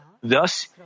Thus